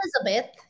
Elizabeth